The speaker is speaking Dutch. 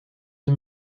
een